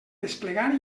desplegar